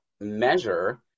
measure